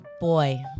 boy